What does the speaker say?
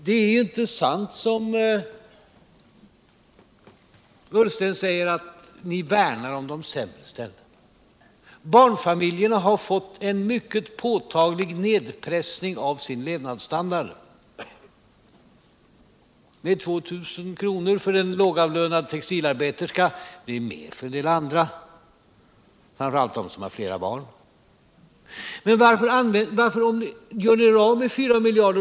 Det är inte sant som Ola Ullsten säger, att ni värnar om de sämre ställda. Barnfamiljerna har fått en mycket påtaglig nedpressning av sin levnadsstandard. En lågavlönad textilarbeterska har fått en minskning med 2 000 kr. och det är mer för en del andra, framför allt för dem som har flera barn. Men varför gör ni av med 4 miljarder?